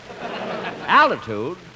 Altitude